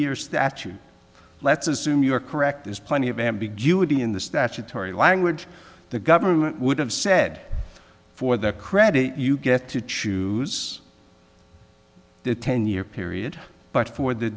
years that you let's assume you are correct there's plenty of ambiguity in the statutory language the government would have said for the credit you get to choose the ten year period but for the